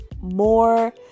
more